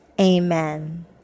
Amen